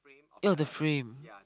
ya the frame